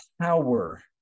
power